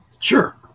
Sure